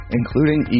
including